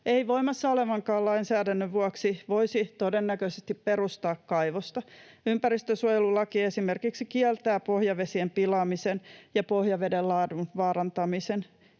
ei voimassa olevankaan lainsäädännön vuoksi voisi todennäköisesti perustaa kaivosta. Ympäristönsuojelulaki esimerkiksi kieltää pohjavesien pilaamisen ja pohjaveden laadun vaarantamisen,